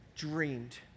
Dreamed